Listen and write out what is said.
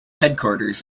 headquarters